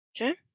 Okay